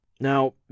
Now